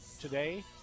today